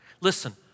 Listen